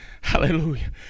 hallelujah